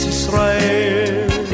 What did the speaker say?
Israel